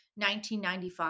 1995